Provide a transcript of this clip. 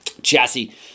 chassis